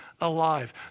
alive